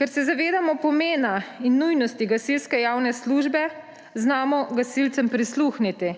Ker se zavedamo pomena in nujnosti gasilske javne službe, znamo gasilcem prisluhniti